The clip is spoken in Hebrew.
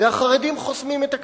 והחרדים חוסמים את הכביש.